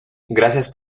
gracias